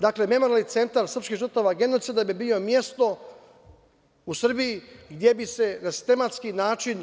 Dakle, memorijalni centar srpskih žrtava genocida bi bio mesto u Srbiji gde bi se na sistematski način